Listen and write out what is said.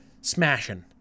Smashing